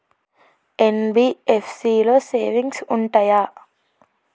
NBFC లో savings ఉంటయా?